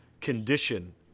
condition